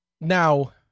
now